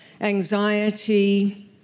anxiety